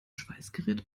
schweißgerät